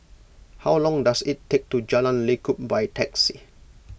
how long does it take to Jalan Lekub by taxi